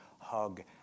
hug